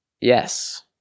Yes